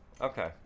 okay